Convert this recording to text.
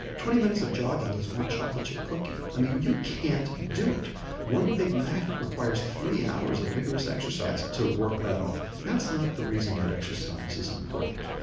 twenty minutes of jogging is one chocolate chip cookie, i mean you can't do one big mac requires three hours of vigorous exercise to work that off, that's not the reason that exercise is important,